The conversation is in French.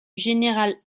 général